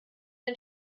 den